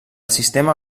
sistema